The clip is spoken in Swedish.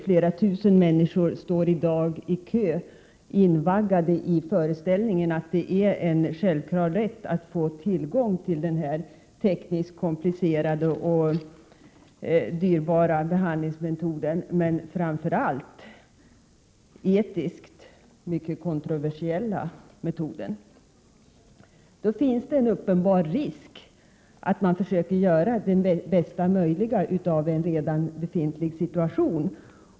Flera tusen människor står i dag i kö invaggade i föreställningen att det är en självklar rätt att få tillgång till den tekniskt komplicerade och dyrbara behandlingsmetoden — och framför allt etiskt mycket kontroversiella metoden. Det finns en uppenbar risk att man försöker göra det bästa möjliga av en redan befintlig situation.